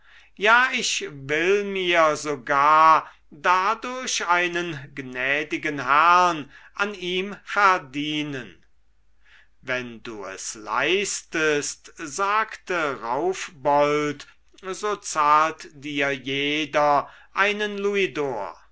ja ich will mir sogar dadurch einen gnädigen herrn an ihm verdienen wenn du es leistest sagte raufbold so zahlt dir jeder einen louisdor